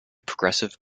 progressive